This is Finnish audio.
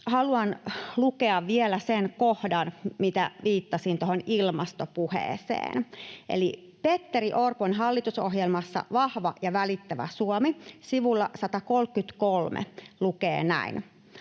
Haluan lukea vielä sen kohdan, mihin viittasin, tuohon ilmastopuheeseen. Eli Petteri Orpon hallitusohjelmassa ”Vahva ja välittävä Suomi” sivulla 133 lukee näin: